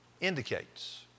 indicates